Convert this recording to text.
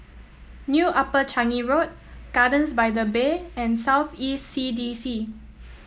New Upper Changi Road Gardens by the Bay and South East C D C